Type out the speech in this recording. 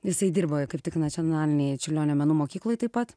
jisai dirba kaip tik nacionalinėj čiurlionio menų mokykloj taip pat